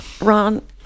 Ron